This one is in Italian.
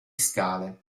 scale